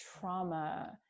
trauma